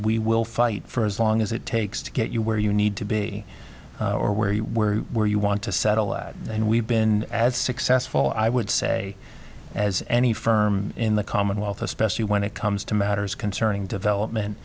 we will fight for as long as it takes to get you where you need to be or where you were where you want to settle at and we've been as successful i would say as any firm in the commonwealth especially when it comes to matters concerning development